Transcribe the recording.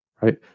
right